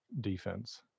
defense